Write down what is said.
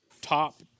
top